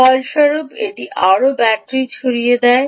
ফলস্বরূপ এটি আরও ব্যাটারি ছড়িয়ে দেয়